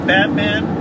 Batman